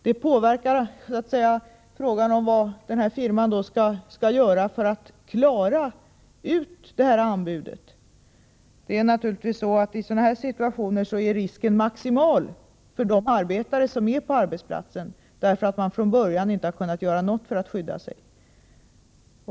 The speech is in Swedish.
Detta påverkar givetvis frågan om vad firman skall göra för att klara ut anbudet. Naturligtvis är i sådana här situationer risken maximal för de arbetare som är på arbetsplatsen, därför att man från början inte har kunnat göra någonting för att skydda sig.